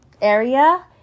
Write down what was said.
area